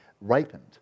Ripened